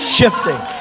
Shifting